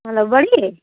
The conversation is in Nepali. हेलो बढी